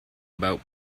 about